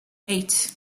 eight